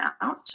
out